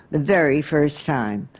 the very first time.